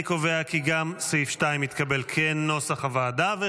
אני קובע כי גם סעיף 2, כנוסח הוועדה, התקבל.